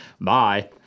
Bye